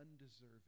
undeserving